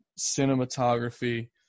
cinematography